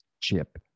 chip